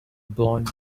blond